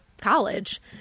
college